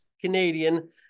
Canadian